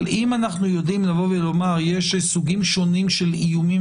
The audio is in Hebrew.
אם אנחנו יודעים לבוא ולומר שיש סוגים שונים של איומים